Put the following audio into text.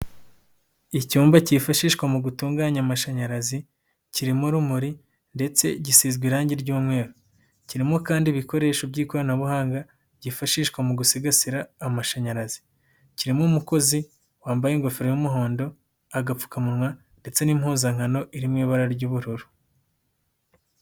Icyumba cyifashishwa mu gutunganya amashanyarazi kirimo urumuri ndetse gisizwe irangi ry'umweru, kirimo kandi ibikoresho by'ikoranabuhanga byifashishwa mu gusigasira amashanyarazi kirimo umukozi wambaye ingofero y'umuhondo, agapfukamunwa ndetse n'impuzankano iri mu ibara ry'ubururu.